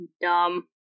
dumb